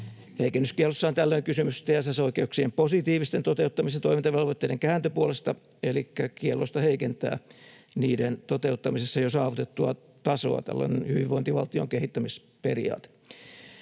Heikennyskiellossa on tällöin kysymys TSS-oikeuksien positiivisten toteuttamis- ja toimintavelvoitteiden kääntöpuolesta elikkä kiellosta heikentää niiden toteuttamisessa jo saavutettua tasoa” — tällainen hyvinvointivaltion kehittämisperiaate.